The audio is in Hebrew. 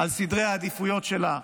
פעם אחת על סדרי העדיפויות שלה,